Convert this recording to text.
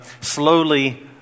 slowly